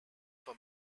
for